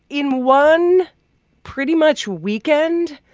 in one pretty much weekend,